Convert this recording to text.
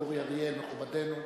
אורי אריאל מכובדנו,